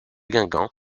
guingamp